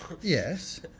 Yes